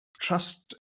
trust